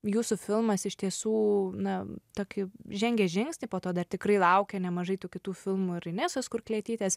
jūsų filmas iš tiesų na tokį žengė žingsnį po to dar tikrai laukia nemažai tų kitų filmų ir inesos kurklietytės